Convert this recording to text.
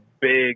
big